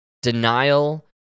denial